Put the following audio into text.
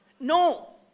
No